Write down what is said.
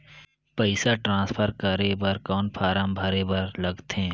पईसा ट्रांसफर करे बर कौन फारम भरे बर लगथे?